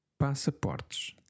passaportes